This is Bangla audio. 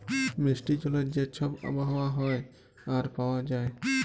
মিষ্টি জলের যে ছব আবহাওয়া হ্যয় আর পাউয়া যায়